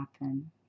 happen